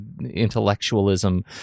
intellectualism